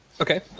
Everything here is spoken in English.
Okay